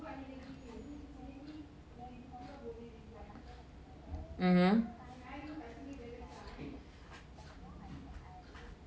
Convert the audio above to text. mmhmm